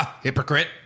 Hypocrite